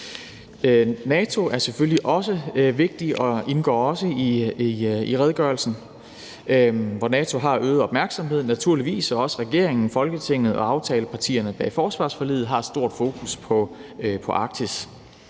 NATO er selvfølgelig også vigtigt og indgår i redegørelsen, hvor NATO naturligvis har fået øget opmærksomhed; også regeringen, Folketinget og aftalepartierne bag forsvarsforliget har et stort fokus på Arktis.